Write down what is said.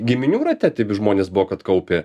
giminių rate taip žmonės buvo kad kaupė